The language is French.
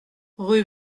rue